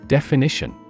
Definition